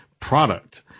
product